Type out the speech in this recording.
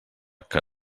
que